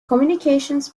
communications